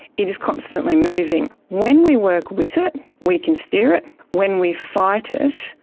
it is constantly moving. when we work with it we can steer it. when we fight it,